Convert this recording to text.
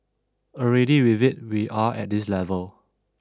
already with it we are at this level